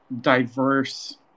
diverse